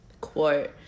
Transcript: quote